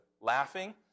laughing